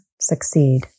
succeed